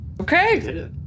Okay